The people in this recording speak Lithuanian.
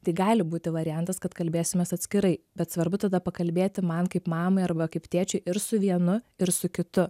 tai gali būti variantas kad kalbėsimės atskirai bet svarbu tada pakalbėti man kaip mamai arba kaip tėčiui ir su vienu ir su kitu